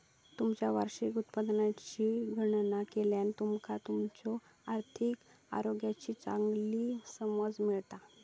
तुमचा वार्षिक उत्पन्नाची गणना केल्यान तुमका तुमच्यो आर्थिक आरोग्याची चांगली समज मिळता